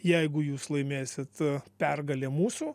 jeigu jūs laimėsit pergalė mūsų